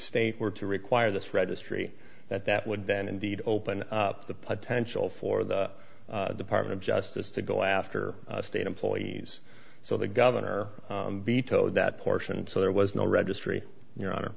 state were to require this registry that that would then indeed open up the potential for the department of justice to go after state employees so the governor vetoed that portion so there was no registry your honor